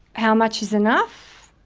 how much is enough,